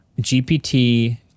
GPT